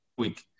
week